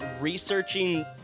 researching